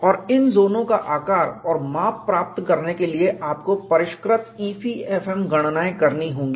और इन जोनों का आकार और माप प्राप्त करने के लिए आपको परिष्कृत EPFM गणनाएँ करनी होंगी